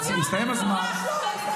וכל יום שלא